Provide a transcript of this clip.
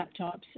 laptops